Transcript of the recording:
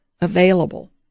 available